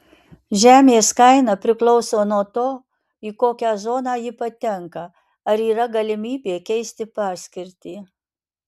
žemės kaina priklauso nuo to į kokią zoną ji patenka ar yra galimybė keisti paskirtį